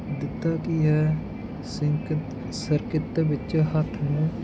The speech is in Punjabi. ਦਿੱਤਾ ਕੀ ਹੈ ਸਰਕਿਤ ਵਿੱਚ ਹੱਥ ਨੂੰ